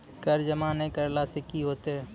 कर जमा नै करला से कि होतै?